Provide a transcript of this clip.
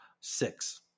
six